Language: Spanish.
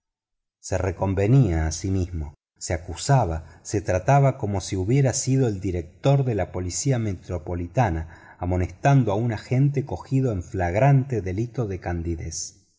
se reconvenía a sí mismo se acusaba se trataba como si hubiera sido el director de la policía metropolitana amonestando a un agente sorprendido en flagrante delito de candidez